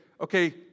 okay